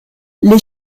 les